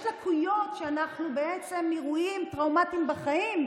לקויות שהן בעצם מאירועים טראומטיים בחיים,